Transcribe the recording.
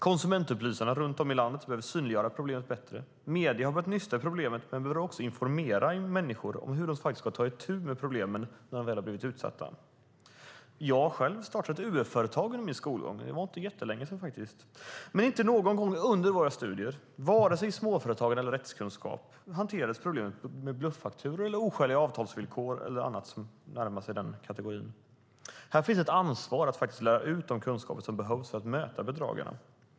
Konsumentupplysarna runt om i landet behöver synliggöra problemet bättre. Medierna har börjat nysta i problemet men behöver också informera människor om hur de ska ta itu med problemen när de väl har blivit utsatta. Jag själv startade ett företag under min skolgång. Det var inte så länge sedan. Inte någon gång under mina studier, i småföretagar eller rättskunskap, hanterades problemet med bluffakturor, oskäliga avtalsvillkor eller annat som närmar sig den kategorin. Här finns ett ansvar att lära ut de kunskaper som behövs för att möta bedragarna.